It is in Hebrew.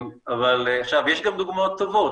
יש גם דוגמאות טובות.